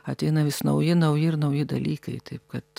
ateina vis nauji nauji ir nauji dalykai taip kad